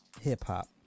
hip-hop